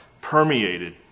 permeated